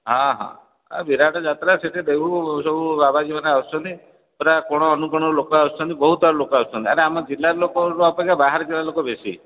ହଁ ହଁ ଏ ବିରାଟ ଯାତ୍ରା ସେଇଠି ଦେଖିବୁ ସବୁ ବାବାଜୀମାନେ ଆସୁଛନ୍ତି ପୁରା କୋଣ ଅନୁକୋଣରୁ ଲୋକ ଆସୁଛନ୍ତି ବହୁତଆଡ଼ୁ ଲୋକ ଆସୁଛନ୍ତି ଆରେ ଆମ ଜିଲ୍ଲାର ଲୋକ ଅପେକ୍ଷା ବାହାରୁ ଆସିବା ଲୋକ ବେଶୀ